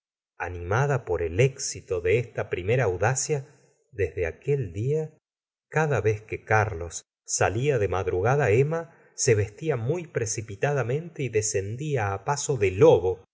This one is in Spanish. animada por el éxito de esta primera audacia desde aquel día cada vez que carlos salía de madrugada emma se vestía muy precipitadamente y descendía paso de lobo